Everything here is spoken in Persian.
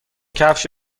کفش